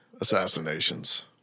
assassinations